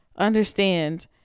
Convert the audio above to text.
understand